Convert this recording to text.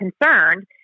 concerned